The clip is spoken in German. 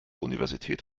universität